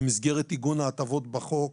במסגרת עיגון ההטבות בחוק,